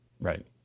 Right